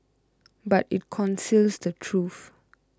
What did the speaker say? but it conceals the truth